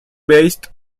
based